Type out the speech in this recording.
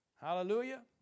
Hallelujah